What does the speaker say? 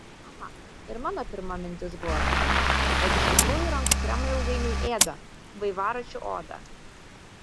aha ir mano pirma mintis buvo tokia bet iš tikrųjų rankų kremai ilgainiui ėda vairaračių odą